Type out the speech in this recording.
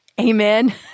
Amen